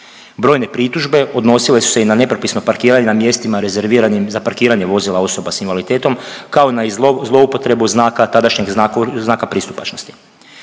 Brojne pritužbe odnosile su se i na nepropisno parkiranje na mjestima rezerviranim za parkiranje osoba s invaliditetom, kao i na zloupotrebu znaka, tadašnjeg znaka pristupačnosti.